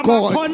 God